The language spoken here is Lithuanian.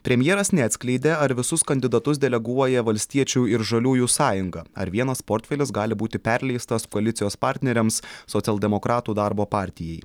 premjeras neatskleidė ar visus kandidatus deleguoja valstiečių ir žaliųjų sąjunga ar vienas portfelis gali būti perleistas koalicijos partneriams socialdemokratų darbo partijai